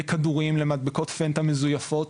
לכדורים, למדבקות פנטה מזויפות,